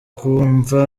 kumva